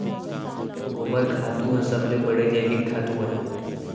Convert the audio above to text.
गोबर खातू ह सबले बड़े जैविक खातू अय